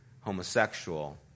homosexual